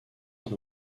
îles